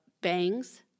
bangs